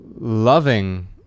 loving